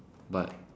but